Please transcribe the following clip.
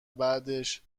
بعدش